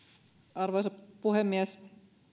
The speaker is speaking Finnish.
arvoisa puhemies